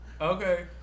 okay